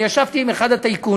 אני ישבתי עם אחד הטייקונים,